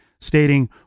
stating